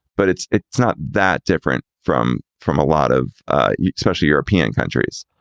but it's it's not that different from from a lot of social european countries.